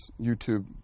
YouTube